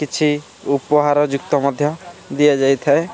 କିଛି ଉପହାରଯୁକ୍ତ ମଧ୍ୟ ଦିଆଯାଇଥାଏ